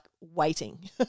waiting